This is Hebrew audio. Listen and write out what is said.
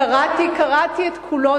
קראתי, קראתי את כולו.